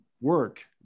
work